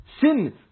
sin